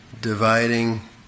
dividing